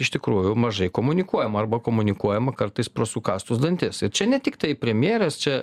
iš tikrųjų mažai komunikuojama arba komunikuojama kartais pro sukąstus dantis ir čia ne tiktai premjerės čia